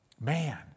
Man